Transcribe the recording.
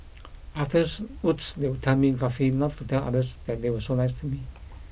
afterwards they would tell me gruffly not to tell others that they were so nice to me